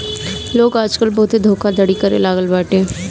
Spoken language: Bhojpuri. लोग आजकल बहुते धोखाधड़ी करे लागल बाटे